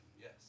yes